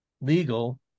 legal